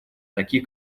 таких